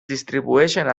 distribueixen